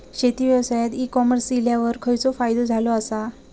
शेती व्यवसायात e commerce इल्यावर खयचो फायदो झालो आसा?